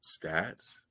stats